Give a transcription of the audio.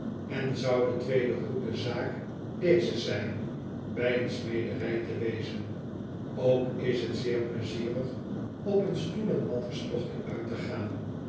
en zou de tweede goede zaak deze zijn bij een smederij te wezen ook is t zeer pleizierig op een stoelenmatterstochtje uit te gaanwat